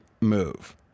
move